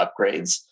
upgrades